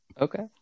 Okay